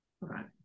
right